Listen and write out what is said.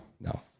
No